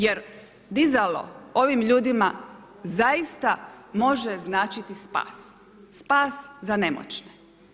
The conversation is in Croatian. Jer dizalo ovim ljudima zaista može značiti spas, spas za nemoćne.